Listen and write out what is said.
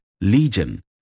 legion